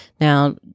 Now